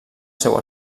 seu